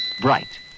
bright